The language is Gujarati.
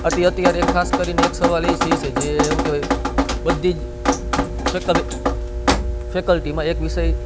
અત્યારે એક ખાસ કરીને એક સવાલ એ છે એ છે જે શું કહેવાય બધી જ ફેકલ્ટીમાં એક વિષય